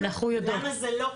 למה זה לא קיים,